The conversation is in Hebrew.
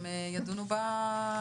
והם ידונו בנושא.